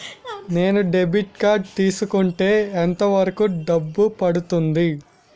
నేను debit card తీసుకుంటే ఎంత వరకు డబ్బు పడుతుంది?